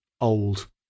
old